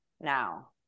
now